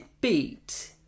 beat